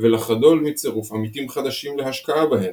ולחדול מצירוף עמיתים חדשים להשקעה בהן.